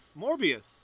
morbius